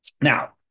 Now